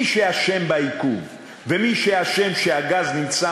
מי שאשם בעיכוב ומי שאשם בכך שהגז נמצא